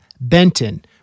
benton